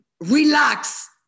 relax